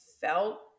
felt